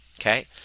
okay